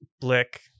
Blick